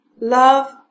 Love